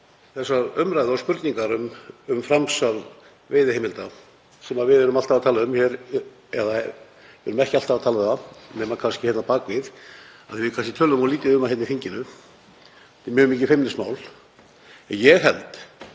þessa umræðu og spurningar um framsal veiðiheimilda sem við erum alltaf að tala um hér — eða við erum ekki alltaf að tala um það nema kannski hérna á bak við. Við tölum kannski of lítið um það hérna í þinginu, mjög mikið feimnismál. En af